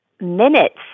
minutes